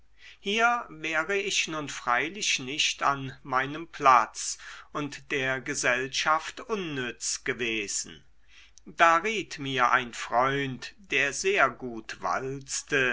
hier wäre ich nun freilich nicht an meinem platz und der gesellschaft unnütz gewesen da riet mir ein freund der sehr gut walzte